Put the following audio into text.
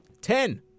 Ten